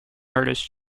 artist